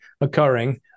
occurring